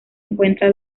encuentra